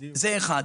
זה אחד.